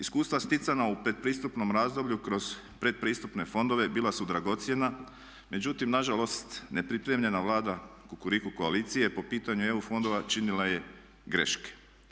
Iskustva sticana u pretpristupnom razdoblju kroz pretpristupne fondove bila su dragocjena međutim nažalost nepripremljena Vlada Kukuriku koalicije po pitanju EU fondova činila je greške.